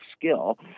skill